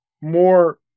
more